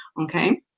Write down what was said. Okay